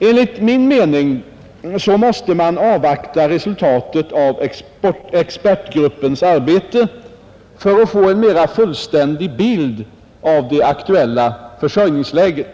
Enligt min mening måste man avvakta resultatet av expertgruppens arbete för att få en mera fullständig bild av det aktuella försörjningsläget.